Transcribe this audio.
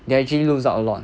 they actually lose out a lot